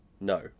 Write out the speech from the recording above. No